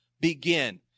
begin